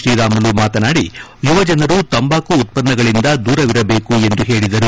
ತ್ರೀರಾಮುಲು ಮಾತನಾಡಿ ಯುವಜನರು ತಂಬಾಕು ಉತ್ಪನ್ನಗಳಿಂದ ದೂರವಿರಬೇಕು ಎಂದು ಹೇಳಿದರು